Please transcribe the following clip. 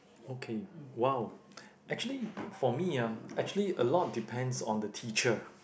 okay !wow! actually for me ah actually a lot depends on the teacher